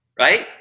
right